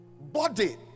Body